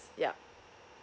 yup